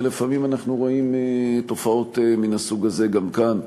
ולפעמים אנחנו רואים תופעות מן הסוג הזה גם כאן,